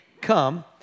come